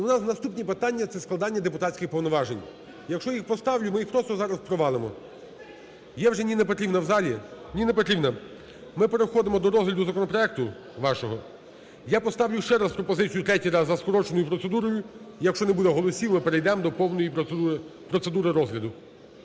У нас наступні питання – це складення депутатських повноважень. Якщо їх поставлю, ми їх просто зараз провалимо. Є вже Ніна Петрівна в залі. Ніна Петрівна, ми переходимо до розгляду законопроекту вашого. Я поставлю ще раз пропозицію, третій раз, за скороченою процедурою. Якщо не буде голосів, ми перейдемо до повної процедури розгляду.